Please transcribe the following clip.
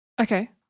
Okay